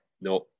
no